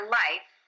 life